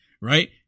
right